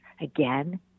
Again